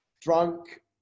drunk